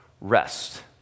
rest